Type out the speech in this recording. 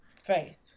Faith